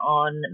on